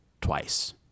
twice